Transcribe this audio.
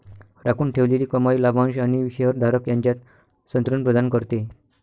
राखून ठेवलेली कमाई लाभांश आणि शेअर धारक यांच्यात संतुलन प्रदान करते